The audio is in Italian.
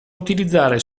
utilizzare